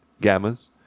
gammas